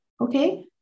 okay